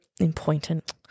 Important